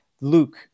Luke